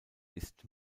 ist